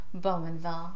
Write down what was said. Bowmanville